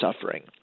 suffering